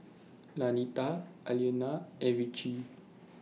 Lanita Alaina and Ritchie